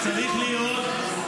תראו משילות.